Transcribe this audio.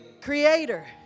Creator